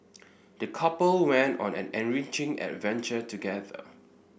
the couple went on an enriching adventure together